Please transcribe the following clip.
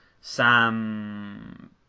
Sam